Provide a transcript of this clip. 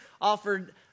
offered